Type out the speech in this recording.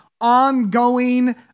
ongoing